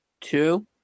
two